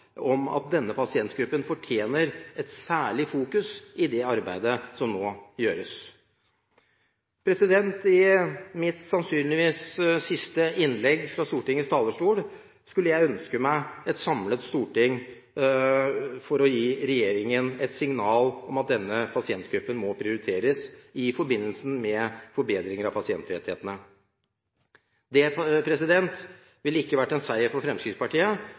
om at denne pasientgruppen fortjener et særlig fokus i det arbeidet som nå gjøres. I mitt, sannsynligvis, siste innlegg fra Stortingets talerstol skulle jeg ønske meg et samlet storting for å gi regjeringen et signal om at denne pasientgruppen må prioriteres i forbindelse med forbedringer av pasientrettighetene. Det ville ikke være en seier for Fremskrittspartiet,